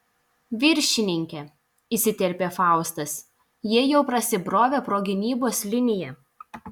viršininke įsiterpė faustas jie jau prasibrovė pro gynybos liniją